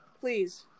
please